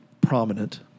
prominent